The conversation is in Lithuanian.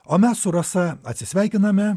o mes su rasa atsisveikiname